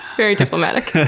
very diplomatic.